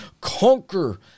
conquer